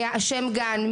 שם גן,